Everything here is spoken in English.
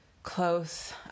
close